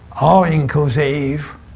all-inclusive